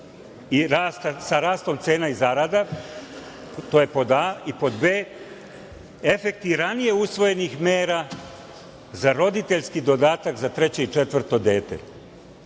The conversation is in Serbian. sa rastom cena iz zarada. To je pod a. Pod b. – efekti ranije usvojenih mera za roditeljski dodatak za treće i četvrto dete. Na